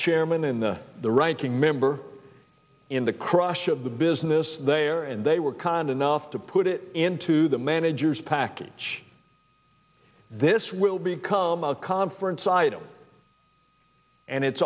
chairman in the the ranking member in the crush of the business they are and they were kind enough to put it into the manager's package this will become a conference item and it's